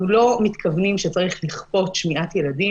אנחנו לא מתכוונים שצריך לכפות שמיעת ילדים,